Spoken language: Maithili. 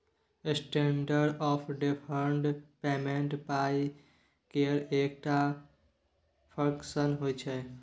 स्टेंडर्ड आँफ डेफर्ड पेमेंट पाइ केर एकटा फंक्शन होइ छै